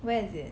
where is it